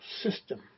system